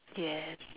yes